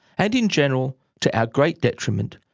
and in general, to our great detriment,